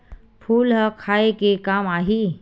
फूल ह खाये के काम आही?